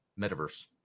metaverse